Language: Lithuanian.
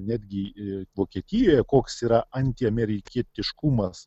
netgi vokietijoje koks yra antiamerikietiškumas